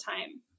time